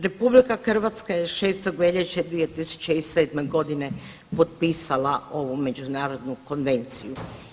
RH je 6. veljače 2007. godine potpisala ovu međunarodnu konvenciju.